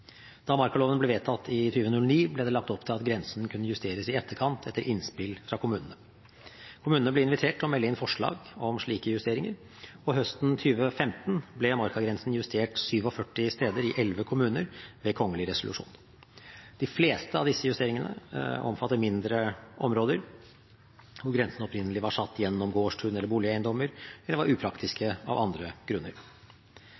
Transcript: Da markaloven ble vedtatt i 2009, ble det lagt opp til at grensen kunne justeres i etterkant etter innspill fra kommunene. Kommunene ble invitert til å melde inn forslag om slike justeringer, og høsten 2015 ble markagrensen justert 47 steder i 11 kommuner ved kongelig resolusjon. De fleste av disse justeringene omfatter mindre områder, hvor grensen opprinnelig var satt gjennom gårdstun eller boligeiendommer eller var